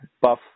Buff